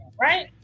right